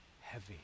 heavy